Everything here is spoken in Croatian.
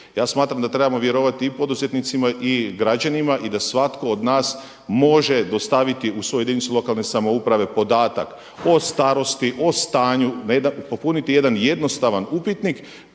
Ja smatram da trebamo vjerovati i poduzetnicima i građanima i da svatko od nas može dostaviti u svoju jedinicu lokalne samouprave podatak o starosti, o stanju. Popuniti jedan jednostavan upitnik